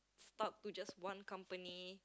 stuck to just one company